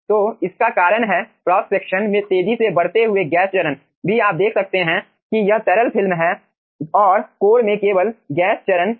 तो इसका कारण है क्रॉस सेक्शन में तेजी से बढ़ते गैस चरण भी आप देख सकते हैं कि यह तरल फिल्म है और कोर में केवल गैस चरण हैं